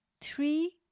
three